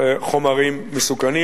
חומרים מסוכנים.